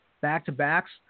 back-to-backs